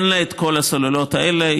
אין לה כל הסוללות האלה,